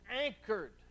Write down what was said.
anchored